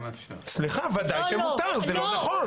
סליחה, ודאי שמותר, זה לא נכון.